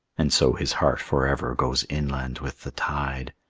and so his heart forever goes inland with the tide,